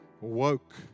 Woke